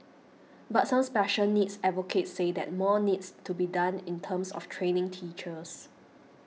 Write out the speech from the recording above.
but some special needs advocates say that more needs to be done in terms of training teachers